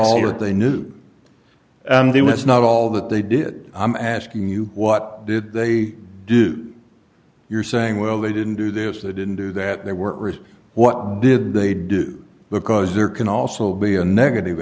that they knew and it was not all that they did i'm asking you what did they do you're saying well they didn't do this they didn't do that they were it what did they do because there can also be a negative